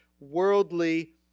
Worldly